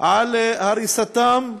בהריסתם של,